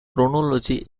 chronology